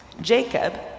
Jacob